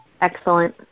Excellent